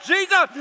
Jesus